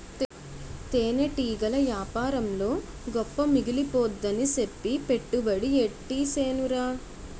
తేనెటీగల యేపారంలో గొప్ప మిగిలిపోద్దని సెప్పి పెట్టుబడి యెట్టీసేనురా